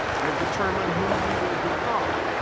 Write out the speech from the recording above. will determine who you will become.